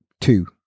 two